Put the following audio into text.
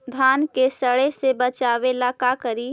धान के सड़े से बचाबे ला का करि?